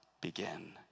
begin